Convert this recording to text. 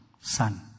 son